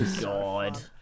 god